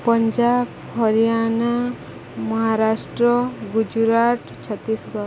Punjab Haryana Maharashtra Gujarat Chhattisgarh